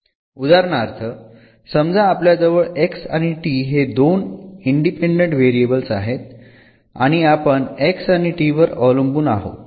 उदाहरणार्थ समजा आपल्या जवळ x आणि t हे दोन इंडिपेंडंट व्हेरिएबल्स आहेत आणि आपण x आणि t वर अवलंबून आहोत